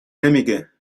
نمیگه